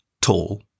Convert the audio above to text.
tall